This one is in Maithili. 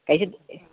कैसे